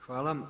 Hvala.